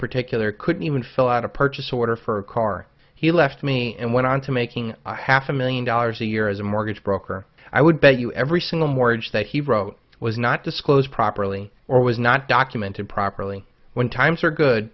particular couldn't even fill out a purchase order for a car he left me and went on to making half a million dollars a year as a mortgage broker i would bet you every single mortgage that he wrote was not disclosed properly or was not documented properly when times are good